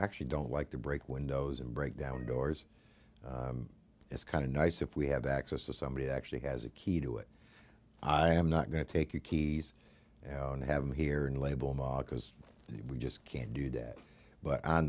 actually don't like to break windows and break down doors it's kind of nice if we have access to somebody who actually has a key to it i am not going to take your keys and have them here and label ma because we just can't do that but on